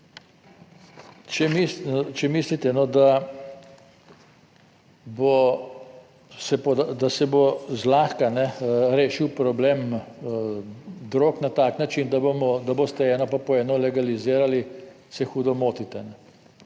če mislite, da bo, da se bo zlahka rešil problem drog na tak način, da bomo, da boste eno pa po eno legalizirali, se hudo motite.